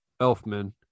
Elfman